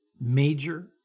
major